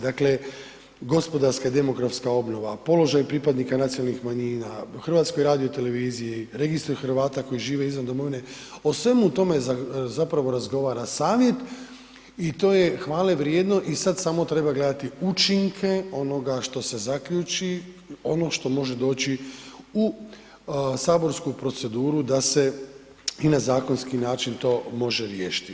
Dakle, gospodarska i demografska obnova, položaj pripadnika nacionalnih manjina, HRT-u, registru Hrvata koji žive izvan domovine, o svemu tome zapravo razgovara Savjet i to je hvale vrijedno i sad samo treba gledati učinke onoga što se zaključi, ono što može doći u saborsku proceduru da se i na zakonski način to može riješiti.